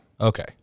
Okay